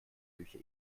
küche